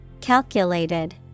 Calculated